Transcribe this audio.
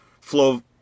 flow